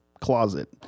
closet